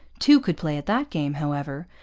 two could play at that game, however,